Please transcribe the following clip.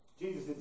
Jesus